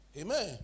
Amen